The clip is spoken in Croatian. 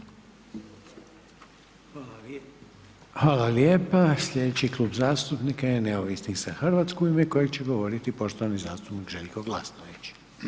Hvala lijepa, slijedeći Klub zastupnika je Neovisnih za Hrvatsku, u ime kojeg će govoriti poštovani zastupnik Željko Glasnović.